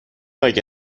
اگه